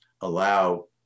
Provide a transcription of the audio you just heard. allow